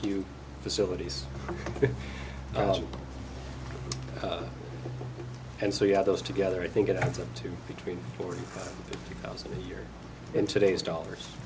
you facilities and so you have those together i think it adds up to between four thousand a year in today's dollars